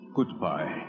Goodbye